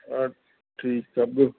हा ठीकु आहे ॿियो